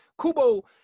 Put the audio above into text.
Kubo